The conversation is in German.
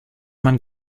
man